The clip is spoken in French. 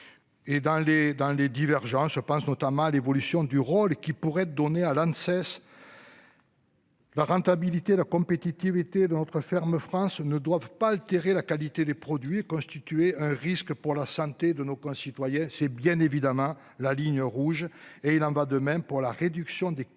les dans les divergences. Je pense notamment à l'évolution du rôle qui pourrait donner à la ne cesse. La rentabilité et la compétitivité de notre ferme France ne doivent pas altérer la qualité des produits, constituer un risque pour la santé de nos concitoyens, c'est bien évidemment la ligne rouge et il en va de même pour la réduction des coûts